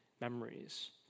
memories